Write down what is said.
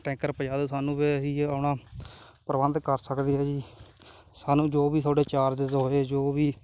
tanker ਪਹੁੰਚਾ ਦਿਓ ਸਾਨੂੰ ਫਿਰ ਅਸੀਂ ਜੇ ਆਪਣਾ ਪ੍ਰਬੰਧ ਕਰ ਸਕਦੇ ਹਾਂ ਜੀ ਸਾਨੂੰ ਜੋ ਵੀ ਤੁਹਾਡੇ ਚਾਰਜਿਸ ਹੋਏ ਜੋ ਵੀ